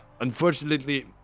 Unfortunately